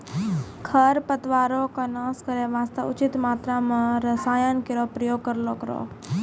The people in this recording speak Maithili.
खरपतवारो क नाश करै वास्ते उचित मात्रा म रसायन केरो प्रयोग करलो करो